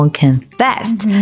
confessed